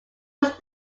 was